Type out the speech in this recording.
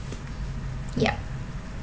yup